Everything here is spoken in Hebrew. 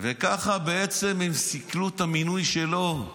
וכך בעצם הם סיכלו את המינוי שלו.